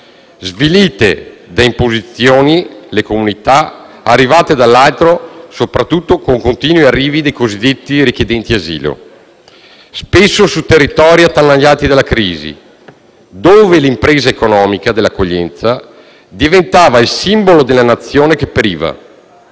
sviliteda imposizioni arrivate dall'alto, soprattutto con continui arrivi dei cosiddetti richiedenti asilo, spesso su territori attanagliati della crisi, dove l'impresa economica dell'accoglienza diventava il simbolo della Nazione che periva: